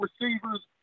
receivers